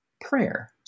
prayer